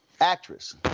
actress